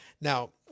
Now